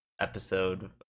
episode